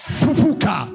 fufuka